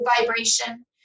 vibration